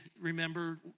remember